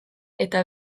eta